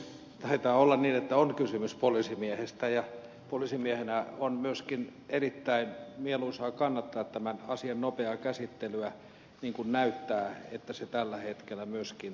taitaa olla niin että on kysymys poliisimiehestä ja poliisimiehenä on myöskin erittäin mieluisaa kannattaa tämän asian nopeaa käsittelyä niin kuin näyttää siltä että se tällä hetkellä myöskin etenee